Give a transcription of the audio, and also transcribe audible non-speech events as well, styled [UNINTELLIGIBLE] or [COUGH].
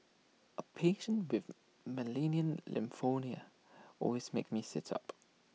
A patient with malignant [UNINTELLIGIBLE] always makes me sit up